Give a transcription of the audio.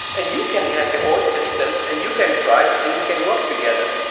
and you can have your own systems, and you can try, and you can work together.